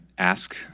ask